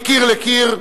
מקיר לקיר,